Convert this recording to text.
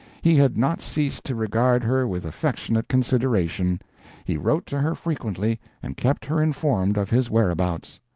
he had not ceased to regard her with affectionate consideration he wrote to her frequently, and kept her informed of his whereabouts.